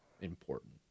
important